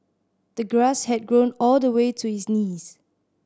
the grass had grown all the way to his knees